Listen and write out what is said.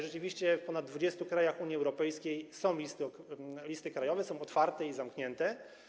Rzeczywiście w ponad 20 krajach Unii Europejskiej są listy krajowe, otwarte i zamknięte.